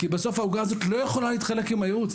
כי בסוף העוגה הזאת לא יכולה להתחלק עם הייעוץ,